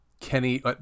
Kenny